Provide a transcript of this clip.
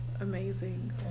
amazing